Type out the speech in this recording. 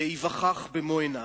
וייווכח במו עיניו.